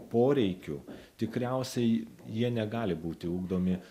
poreikių tikriausiai jie negali būti ugdomi